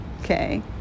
okay